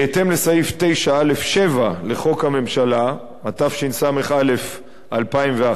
בהתאם לסעיף 9(א)(7) לחוק הממשלה, התשס"א 2001,